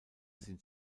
sind